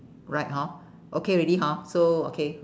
right hor okay already hor so okay